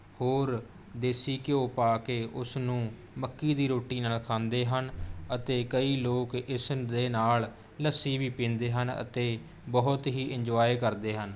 ਹੋਰ ਦੇਸੀ ਘਿਓ ਪਾ ਕੇ ਉਸ ਨੂੰ ਮੱਕੀ ਦੀ ਰੋਟੀ ਨਾਲ਼ ਖਾਂਦੇ ਹਨ ਅਤੇ ਕਈ ਲੋਕ ਇਸਦੇ ਨਾਲ਼ ਲੱਸੀ ਵੀ ਪੀਂਦੇ ਹਨ ਅਤੇ ਬਹੁਤ ਹੀ ਇੰਜੁਆਏ ਕਰਦੇ ਹਨ